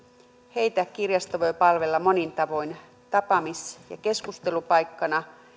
heitä kirjasto voi palvella monin tavoin tapaamis ja keskustelupaikkana